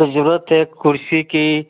की ज़रूरत है कुर्सी की